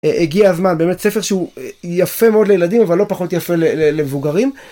הגיע הזמן, באמת ספר שהוא יפה מאוד לילדים, אבל לא פחות יפה למבוגרים.